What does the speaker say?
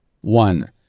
One